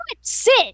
Sit